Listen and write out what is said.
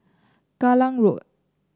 Kallang Road